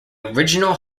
original